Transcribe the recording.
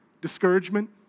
discouragement